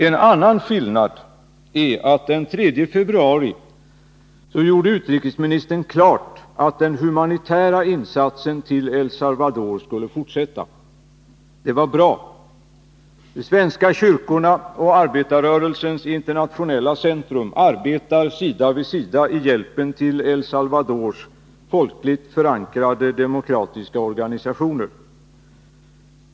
En annan skillnad är att den 3 februari gjorde utrikesministern klart att man skulle fortsätta med den humanitära insatsen till El Salvador. Det var bra. De svenska kyrkorna och arbetarrörelsens internationella centrum arbetar sida vid sida i hjälpen till El Salvadors folkligt förankrade demokratiska organisationer.